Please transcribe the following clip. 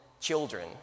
children